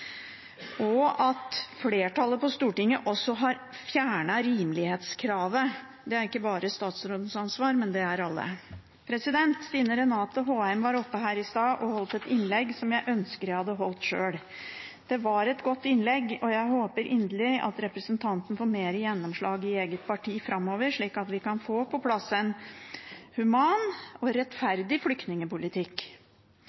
Og at flertallet på Stortinget også har fjernet rimelighetskravet, er ikke bare statsrådens ansvar; det er alles ansvar. Stine Renate Håheim var oppe her i stad og holdt et innlegg som jeg ønsker jeg hadde holdt sjøl. Det var et godt innlegg, og jeg håper inderlig at representanten får mer gjennomslag i eget parti framover, slik at vi kan få på plass en human og